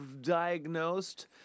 diagnosed